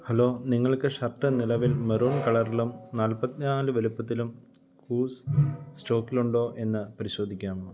hello നിങ്ങൾക്ക് shirt നിലവിൽ maroon കളറിലും നാൽപ്പത്തിനാല് വലുപ്പത്തിലും കൂവ്സ് സ്റ്റോക്കിലുണ്ടോ എന്ന് പരിശോധിക്കാമോ